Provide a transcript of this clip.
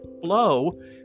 flow